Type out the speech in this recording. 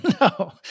no